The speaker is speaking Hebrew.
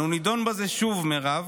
אנו נדון בזה שוב, מירב,